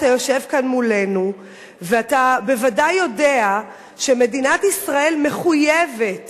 אתה יושב כאן מולנו ואתה בוודאי יודע שמדינת ישראל מחויבת